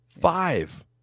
five